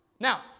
Now